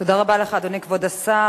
תודה רבה לך, אדוני, כבוד השר.